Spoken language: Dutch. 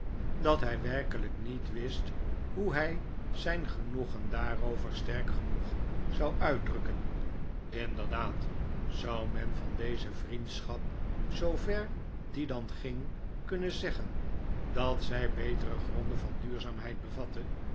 dat hij werkelijk niet wist hoe hij zijn genoegen daarover sterk genoeg zou uitdrukken inderdaad zou men van deze vriendschap zoover die dan ging kunnen zeggen dat zij betere gronden van duurzaamheid bevatte